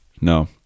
No